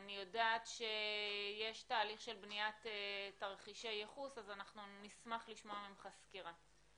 אני יודעת שיש תהליך של בניית תרחישי ייחוס אז נשמח לשמוע ממך סקירה.